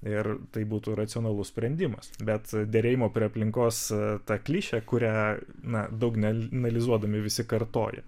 ir tai būtų racionalus sprendimas bet derėjimo prie aplinkos ta klišė kurią na daug neanalizuodami visi kartoja